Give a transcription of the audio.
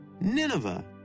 Nineveh